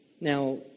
Now